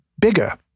bigger